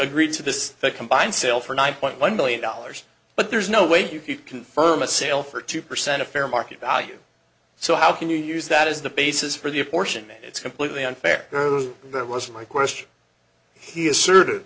agreed to this that combined sale for nine point one million dollars but there's no way you can confirm a sale for two percent of fair market value so how can you use that as the basis for the apportionment it's completely unfair that was my question he assert